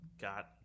got